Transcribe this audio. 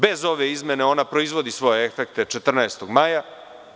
Bez ove izmene ona proizvodi svoje efekte 14. maja.